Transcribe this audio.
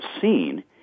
seen